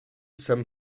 sam